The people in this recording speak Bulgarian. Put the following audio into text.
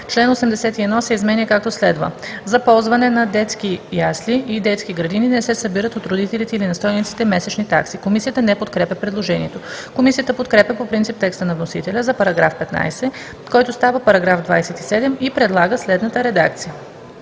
Чл. 81 се изменя, както следва: „За ползване на детски ясли и детски градини не се събират от родителите или настойниците месечни такси.“. Комисията не подкрепя предложението. Комисията подкрепя по принцип текста на вносителя за § 15, който става § 27 и предлага следната редакция: